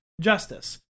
justice